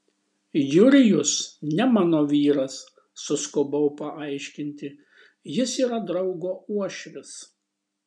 jurijus ne mano vyras suskubau paaiškinti jis yra draugo uošvis